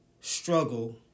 struggle